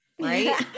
Right